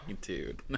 dude